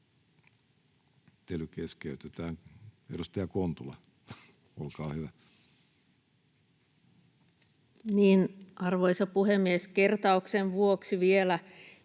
Arvoisa puhemies! Kertauksen vuoksi vielä: